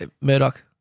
Murdoch